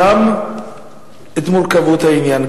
גם את מורכבות העניין,